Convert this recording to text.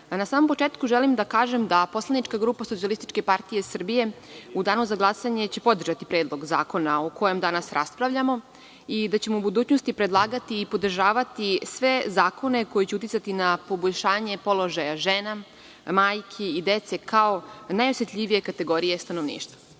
na samom početku želim da kažem da poslanička grupa SPS u danu glasanje će podržati Predlog zakona o kojem danas raspravljamo i da ćemo u budućnosti predlagati i podržavati sve zakone koji će uticati na poboljšanje položaja žena, majki i dece, kao najosetljivije kategorije stanovništva. Posebno